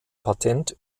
patent